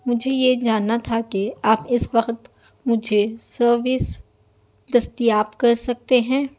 مجھے یہ جاننا تھا کہ آپ اس وقت مجھے سروس دستیاب کر سکتے ہیں